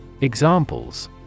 Examples